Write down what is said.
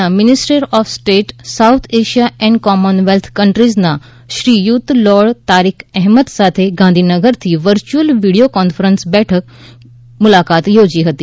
ના minister of state South Asia and Commonwealth countries શ્રીયુત lord Tariq Ahmad સાથે ગાંધીનગરથી વર્ચ્યુઅલ વિડીયો કોન્ફરન્સ બેઠક મુલાકાત યોજી હતી